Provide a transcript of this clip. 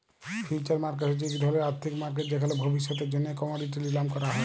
future market হছে ইক ধরলের আথ্থিক মার্কেট যেখালে ভবিষ্যতের জ্যনহে কমডিটি লিলাম ক্যরা হ্যয়